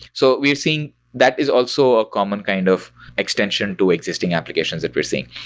so we're seeing that is also a common kind of extension to existing applications that we're seeing,